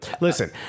listen